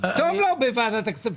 טוב לו בוועדת הכספים.